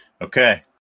Okay